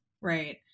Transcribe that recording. right